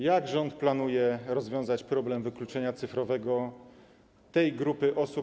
Jak rząd planuje rozwiązać problem wykluczenia cyfrowego tej grupy osób?